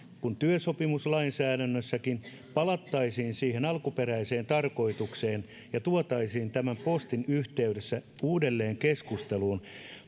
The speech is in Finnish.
kuin työsopimuslainsäädännössäkin palattaisiin siihen alkuperäiseen tarkoitukseen ja tuotaisiin tämän postin yhteydessä uudelleen keskusteluun